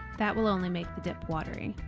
that will only make the dip watery.